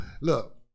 Look